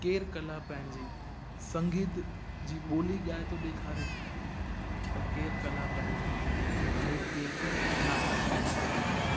केरु कला पंहिंजी संगीत जी ॿोली ॻाए थो ॾेखारे त केरु कला पंहिंजी नृतृ नाटकनि में थो ॾेखारे